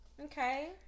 Okay